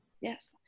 yes